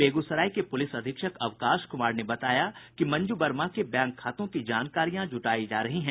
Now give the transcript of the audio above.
बेगूसराय के पुलिस अधीक्षक अवकाश कुमार ने बताया कि मंजू वर्मा के बैंक खातों की जानकारियां जुटायी जा रही हैं